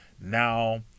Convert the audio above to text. now